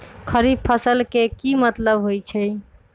खरीफ फसल के की मतलब होइ छइ?